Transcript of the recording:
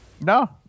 No